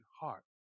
heart